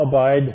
abide